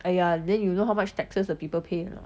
哎呀 then you know how much taxes the people pay or not